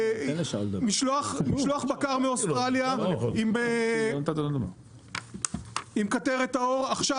משלוח בקר מאוסטרליה עם קטרת העור עכשיו